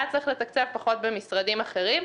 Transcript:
היה צריך לתקצב פחות במשרדים אחרים.